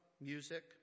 music